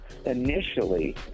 Initially